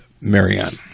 Marianne